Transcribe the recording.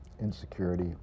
insecurity